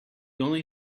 only